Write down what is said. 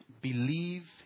believe